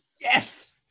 yes